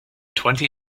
twenty